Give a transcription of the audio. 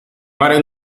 mare